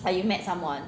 like you met someone